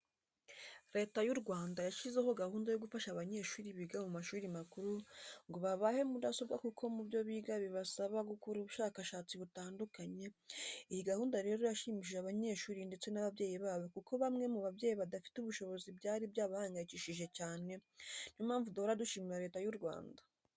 Leta y'u Rwanda yashyizeho gahunda yo gufasha abanyeshuri biga mu mashuri makuru ngo babahe mudasobwa kuko mu byo biga bibasaba gukora ubushakashatsi butandukanye, iyi gahunda rero yashimishije abanyeshuri ndetse n'ababyeyi babo kuko bamwe mu babyeyi badafite ubushobozi byari byabahangayikishije cyane, ni yo mpamvu duhora dushimira Leta y'u Rwanda.